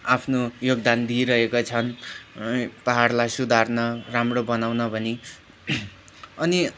आफ्नो योगदान दिइरहेको छन् पाहाडलाई सुधार्न राम्रो बनाउन भनी अनि